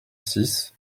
six